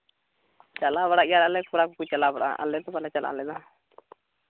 ᱪᱟᱞᱟᱣ ᱵᱟᱲᱟᱜ ᱜᱮᱭᱟ ᱞᱮ ᱠᱚᱲᱟ ᱠᱚᱠᱚ ᱪᱟᱞᱟᱣ ᱵᱟᱲᱟᱜᱼᱟ ᱟᱞᱮ ᱫᱚ ᱵᱟᱞᱮ ᱪᱟᱞᱟᱜᱼᱟ ᱟᱞᱮ ᱫᱚ